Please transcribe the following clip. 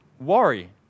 Worry